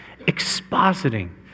expositing